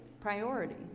priority